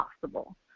possible